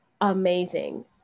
amazing